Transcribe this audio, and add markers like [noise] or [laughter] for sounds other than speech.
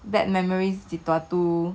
bad memories [laughs]